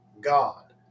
God